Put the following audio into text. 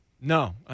No